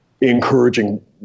encouraging